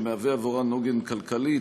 שמהווה עבורם עוגן כלכלי,